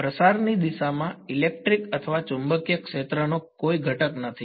પ્રસારની દિશામાં ઇલેક્ટ્રિક અથવા ચુંબકીય ક્ષેત્રનો કોઈ ઘટક નથી